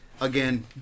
Again